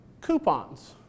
coupons